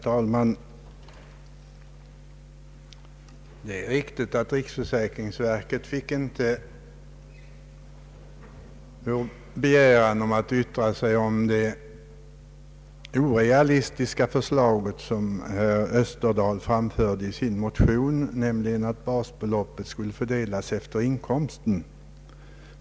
Herr talman! Det är riktigt att riksförsäkringsverket inte fick någon begäran om att yttra sig över det orealistiska förslag som herr Österdahl framfört i sin motion, nämligen att basbeloppet skulle fördelas efter inkomsten.